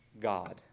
God